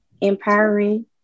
Empowering